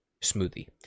smoothie